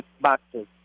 boxes